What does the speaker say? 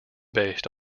based